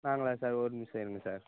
நாங்களா சார் ஒரு நிமிடம் இருங்க சார்